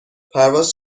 پرواز